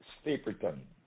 Stapleton